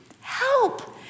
help